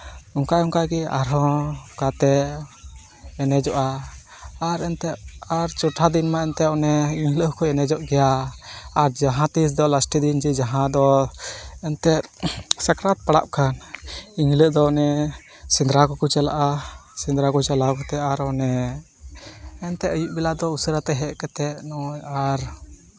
ᱚᱱᱠᱟ ᱚᱱᱠᱟᱜᱮ ᱟᱨᱦᱚᱸ ᱠᱟᱛᱮᱜ ᱮᱱᱮᱡᱚᱜᱼᱟ ᱟᱨ ᱮᱱᱛᱮᱫ ᱟᱨ ᱪᱳᱴᱷᱟ ᱫᱤᱱ ᱢᱟ ᱮᱱᱛᱮᱫ ᱚᱱᱮ ᱮᱱᱦᱤᱞᱳᱜ ᱦᱚᱸᱠᱚ ᱮᱱᱮᱡᱚᱜ ᱜᱮᱭᱟ ᱟᱨ ᱡᱟᱦᱟᱸᱛᱤᱥ ᱫᱚ ᱞᱟᱥᱴᱮ ᱫᱤᱱ ᱡᱟᱦᱟᱸ ᱫᱚ ᱮᱱᱛᱮᱫ ᱥᱟᱠᱨᱟᱛ ᱯᱟᱲᱟᱜ ᱠᱟᱱ ᱮᱱᱦᱤᱞᱳᱜ ᱫᱚ ᱚᱱᱮ ᱥᱮᱸᱫᱽᱨᱟ ᱠᱚᱠᱚ ᱪᱟᱞᱟᱜᱼᱟ ᱥᱮᱸᱫᱽᱨᱟ ᱠᱚ ᱪᱟᱞᱟᱣ ᱠᱟᱛᱮᱫ ᱟᱨ ᱚᱱᱮ ᱮᱱᱛᱮᱫ ᱟᱹᱭᱩᱵ ᱵᱮᱞᱟ ᱫᱚ ᱩᱥᱟᱹᱨᱟᱛᱮ ᱦᱮᱡ ᱠᱟᱛᱮᱫ ᱱᱚᱜᱼᱚᱭ ᱟᱨ